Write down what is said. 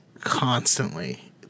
constantly